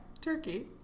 Turkey